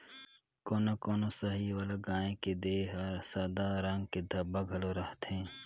कोनो कोनो साहीवाल गाय के देह हर सादा रंग के धब्बा घलो रहथे